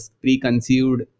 preconceived